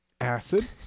Acid